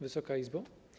Wysoka Izbo!